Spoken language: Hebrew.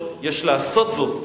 יש לעשות זאת,